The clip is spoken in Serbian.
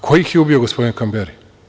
Ko ih je ubio, gospodine Kamberi?